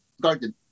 garden